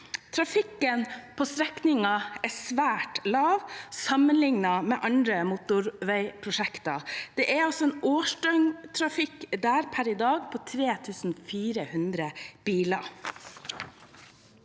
Trafikken på strekningen er svært lav sammenlignet med andre motorveiprosjekter. Det er per i dag en årsdøgntrafikk der på 3 400 biler.